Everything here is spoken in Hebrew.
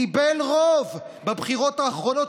קיבל רוב בבחירות האחרונות,